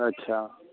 अच्छा